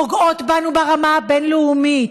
פוגעות בנו ברמה הבין-לאומית,